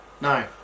No